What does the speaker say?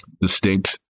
distinct